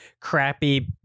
crappy